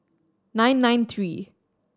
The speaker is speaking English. nine nine three